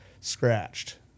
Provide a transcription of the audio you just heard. scratched